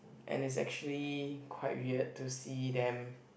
and is actually quite weird to see them